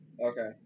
Okay